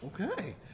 Okay